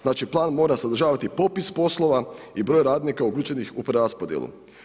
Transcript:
Znači plan mora sadržavati popis poslova i broj radnika uključenih u preraspodjelu.